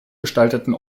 gestalteten